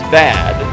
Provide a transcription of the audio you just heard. bad